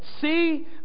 See